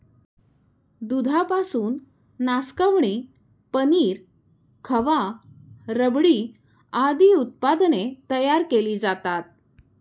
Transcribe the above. दुधापासून नासकवणी, पनीर, खवा, रबडी आदी उत्पादने तयार केली जातात